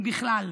אם בכלל.